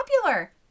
popular